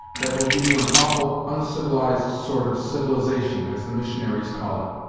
that will give you an awful oncivilized sort of civilization, as the missionaries call it.